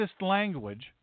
language